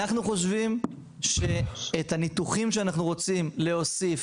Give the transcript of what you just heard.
אנחנו חושבים שאת הניתוחים שאנחנו רוצים להוסיף